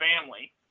family